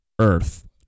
Earth